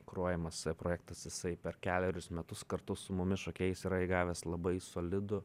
kuruojamas projektas jisai per kelerius metus kartu su mumis šokėjais yra įgavęs labai solidų